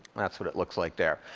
that's what it looks like there.